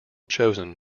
chosen